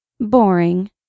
Boring